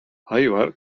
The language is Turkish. hayvar